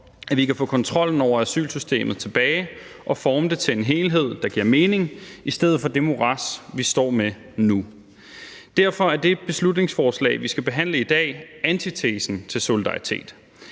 at vi kan få kontrollen over asylsystemet tilbage og forme det til en helhed, der giver mening, i stedet for det morads, vi står med nu. Derfor er det beslutningsforslag, vi skal behandle i dag, antitesen til solidaritet.